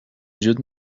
جود